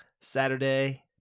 saturday